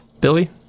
Billy